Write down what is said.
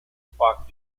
xbox